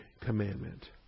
commandment